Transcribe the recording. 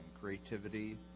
creativity